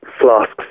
flasks